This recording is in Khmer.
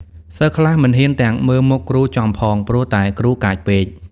សិស្សខ្លះមិនហ៊ានទាំងមើលមុខគ្រូចំផង ព្រោះតែគ្រូកាចពេក។